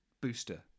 booster